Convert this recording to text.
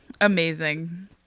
Amazing